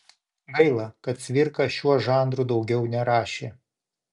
gaila kad cvirka šiuo žanru daugiau nerašė